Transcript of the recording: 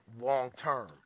long-term